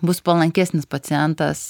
bus palankesnis pacientas